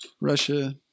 Russia